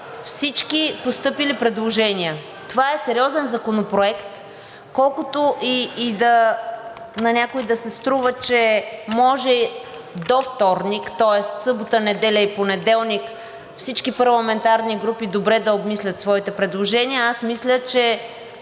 всички постъпили предложения. Това е сериозен законопроект. Колкото и на някого да се струва, че може до вторник, тоест събота, неделя и понеделник, всички парламентарни групи добре да обмислят своите предложения, аз мисля, че